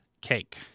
cake